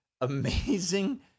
amazing